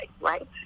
right